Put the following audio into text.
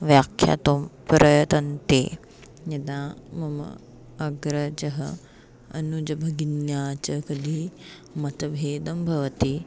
व्याख्यातुं प्रयतन्ते यदा मम अग्रजः अनुजभगिन्या च कली मतभेदः भवति